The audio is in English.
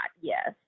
yes